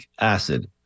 acid